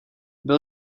byl